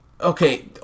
okay